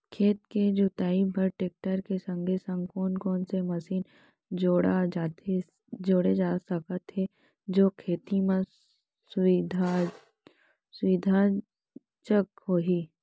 खेत के जुताई बर टेकटर के संगे संग कोन कोन से मशीन जोड़ा जाथे सकत हे जो खेती म सुविधाजनक होही?